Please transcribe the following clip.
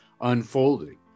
unfolding